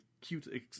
cute